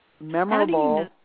memorable